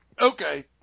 Okay